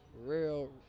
real